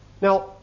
Now